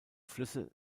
flüsse